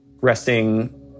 resting